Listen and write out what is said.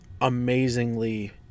amazingly